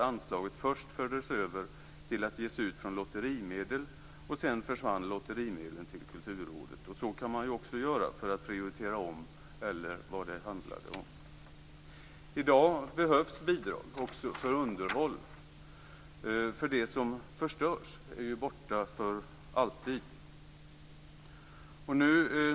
Anslaget utbetalades först från lotterimedel, men sedan överfördes dessa medel till Kulturrådet. Så kan man också göra när man prioriterar om eller vad det handlade om. Det behövs i dag bidrag också för underhåll. Det som förstörts är borta för alltid.